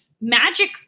Magic